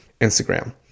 Instagram